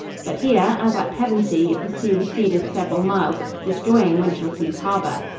but here, as at pevensey, the sea receded several miles, destroying winchelsea's harbor.